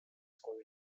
school